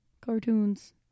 cartoons